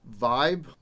vibe